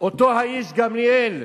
אותו האיש, גמליאל.